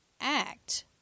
act